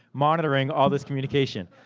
monitoring all this communication.